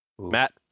matt